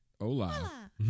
hola